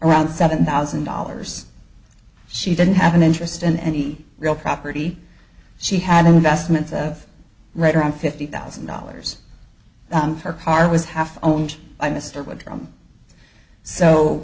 around seven thousand dollars she didn't have an interest in any real property she had investments of right around fifty thousand dollars her car was half owned by mr w